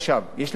יש להם סמכויות,